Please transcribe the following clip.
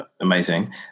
amazing